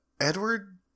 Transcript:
Edward